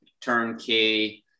turnkey